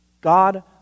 God